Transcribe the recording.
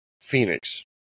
phoenix